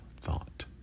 thought